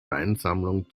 weinsammlung